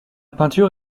peinture